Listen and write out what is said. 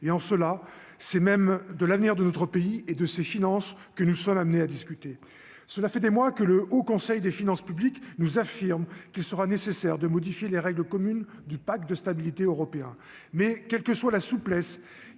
et, en cela, c'est même de l'avenir de notre pays et de ses finances que nous sommes amenés à discuter, cela fait des mois que le Haut Conseil des finances publiques, nous affirme qu'il sera nécessaire de modifier les règles communes du pacte de stabilité européen mais quelle que soit la souplesse